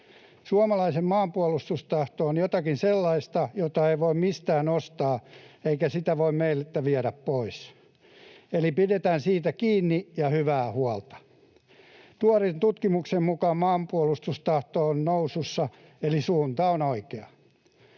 Suomalaisten maanpuolustustahto on jotakin sellaista, jota ei voi mistään ostaa, eikä sitä voi meiltä viedä pois, eli pidetään siitä kiinni ja hyvää huolta. Tuoreen tutkimuksen mukaan maanpuolustustahto on nousussa, eli suunta on oikea.